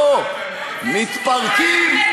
לא מתפרקים,